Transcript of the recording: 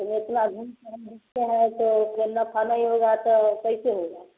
हम इतना घूम हैं तो नफा नहीं होगा तो कैसे होगा